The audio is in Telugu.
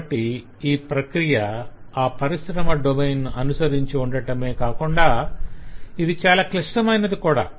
కాబట్టి ఈ ప్రక్రియ ఆ పరిశ్రమ డొమైన్ ను అనుసరించి ఉండటమే కాకుండా ఇది చాలా క్లిష్టమైనది కూడా